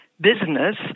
business